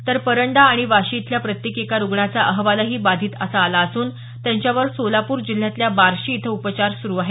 तर परंडा आणि वाशी इथल्या प्रत्येकी एका रुग्णाचा अहवालही बाधित असा आला असून त्यांच्यावर सोलापूर जिल्ह्यातल्या बार्शी इथं उपचार सुरु आहेत